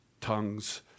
tongues